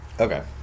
Okay